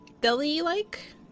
deli-like